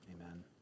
Amen